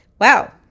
Wow